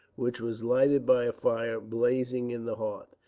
which was lighted by a fire blazing in the hearth.